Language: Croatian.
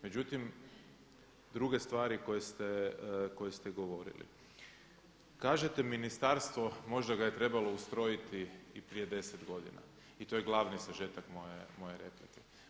Međutim, druge stvari koje ste govorili, kažete ministarstvo, možda ga je trebalo ustrojiti i prije 10 godina i to je glavni sažetak moje replike.